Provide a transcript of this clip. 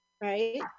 Right